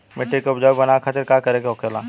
मिट्टी की उपजाऊ बनाने के खातिर का करके होखेला?